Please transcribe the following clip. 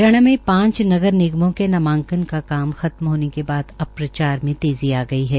हरियाणा में पांच नगर निगमों के नामांकन का काम खत्म होने के बाद अब प्रचार में तेजी आ गई है